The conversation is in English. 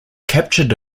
captured